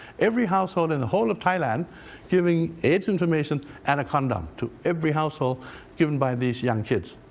every household in the whole of thailand hearing aids information and a condom. to every household given by these young kids.